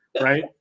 Right